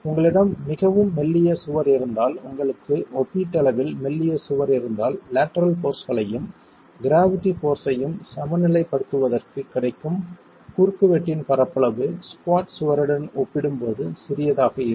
உங்களிடம் மிகவும் மெல்லிய சுவர் இருந்தால் உங்களுக்கு ஒப்பீட்டளவில் மெல்லிய சுவர் இருந்தால் லேட்டரல் போர்ஸ்களையும் க்ராவிட்டி போர்ஸ் ஐயும் சமநிலைப்படுத்துவதற்குக் கிடைக்கும் குறுக்குவெட்டின் பரப்பளவு ஸ்குவாட் சுவருடன் ஒப்பிடும்போது சிறியதாக இருக்கும்